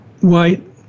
White